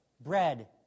bread